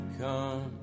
come